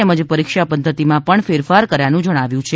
તેમજ પરીક્ષા પદ્વતિમાં પણ ફેરફાર કર્યાનું જણાવ્યું છે